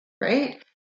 right